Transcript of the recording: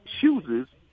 chooses